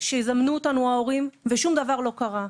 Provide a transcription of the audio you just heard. שיזמנו אותנו ההורים ושום דבר לא קרה.